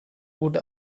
would